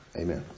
Amen